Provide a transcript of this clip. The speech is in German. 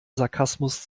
sarkasmus